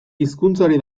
hizkuntzari